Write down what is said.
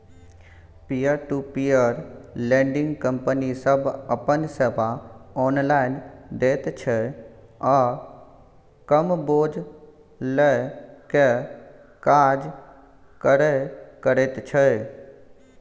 peer to peer lending company सब अपन सेवा ऑनलाइन दैत छै आ कम बोझ लेइ के काज करे करैत छै